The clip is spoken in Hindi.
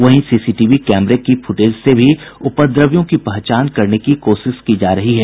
वहीं सीसीटीवी कैमरे के फुटेज से भी उपद्रवियों की पहचान करने की कोशिश की जा रही है